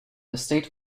estate